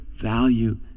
value